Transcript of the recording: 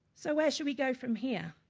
so where should we go from here?